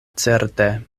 certe